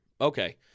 Okay